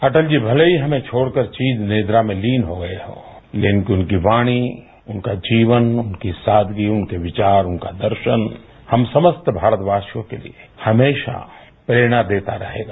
अटल जी भले ही हमें छोड़कर चिरनिद्रा में लीन हो गये हो लेकिन उनकी वाणी उनका जीवन उनकी सादगी उनके विचार उनका दर्शन हम समस्त भारतवासियों के लिए हमेशा प्रेरणा देता रहेगा